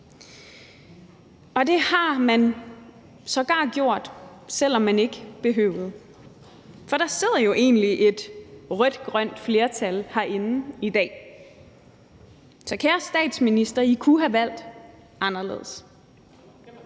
Og det har man sågar gjort, selv om man ikke behøvede at gøre det, for der sidder jo egentlig et rødt-grønt flertal herinde i dag. Så kære statsminister, I kunne have valgt anderledes